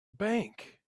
bank